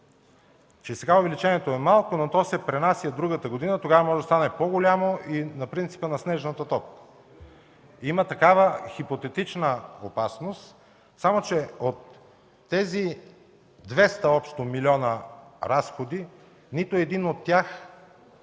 че сега увеличението е малко, но то се пренася в другата година и тогава може да стане по-голямо, на принципа на снежната топка. Има такава хипотетична опасност, само че от тези общо 200 млн. разходи, нито един от тях